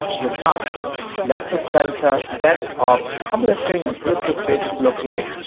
robust left of center set of publishing and political spaces look like?